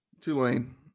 Tulane